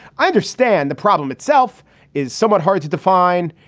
i understand the problem itself is somewhat hard to define.